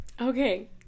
Okay